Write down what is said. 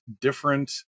different